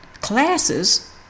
Classes